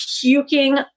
puking